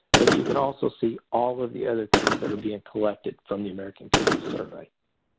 but you can also see all of the other things that are being collected from the american community survey.